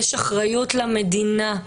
יש אחריות למדינה.